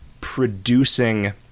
Producing